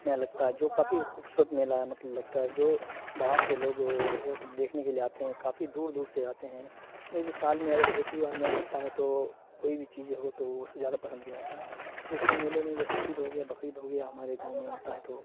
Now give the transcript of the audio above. میلا لگتا ہے جو کافی خوبصورت میلا ہے مطلب لگتا ہے جو باہر سے لوگ وہ سب دیکھنے کے لیے آتے ہیں کافی دور دور سے آتے ہیں لیکن سال میں اگر ایک ہی بار میلا لگتا ہے تو کوئی بھی چیز ہو تو اس کو زیادہ پسند کیا جاتا ہے جیسے کہ میلے میں جیسے عید ہو گیا بقرید ہو گیا ہمارے گاؤں میں آتا ہے تو